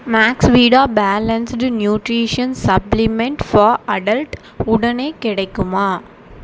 Maxvida balanced nutrition supplement for adult உடனே கிடைக்குமா